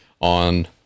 on